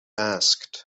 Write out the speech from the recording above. asked